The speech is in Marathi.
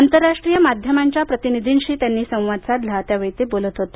आंतरराष्ट्रीय माध्यमांच्या प्रतिनिधींशी त्यांनी संवाद साधला त्यावेळी ते बोलत होते